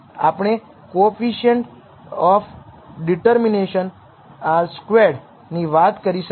આપણે coefficient of determination r squared ની વાત કરી શકીએ